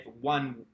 one